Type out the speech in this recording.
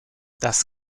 das